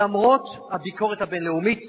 למרות הביקורת הבין-לאומית